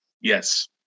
Yes